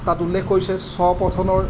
তাত উল্লেখ কৰিছে স্বপঠনৰ